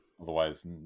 Otherwise